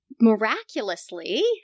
miraculously